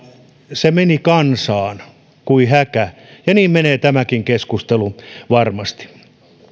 se meni kansaan kuin häkä ja niin menee tämäkin keskustelu varmasti